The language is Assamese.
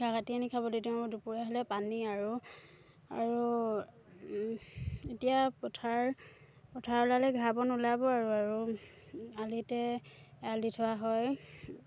ঘাঁহ কাটি আনি খাবলৈ তেওঁ দুপৰীয়া হ'লে পানী আৰু আৰু এতিয়া পথাৰ পথাৰ ওলালে ঘাঁহ বন ওলাব আৰু আৰু আলিতে এৰাল দি থোৱা হয়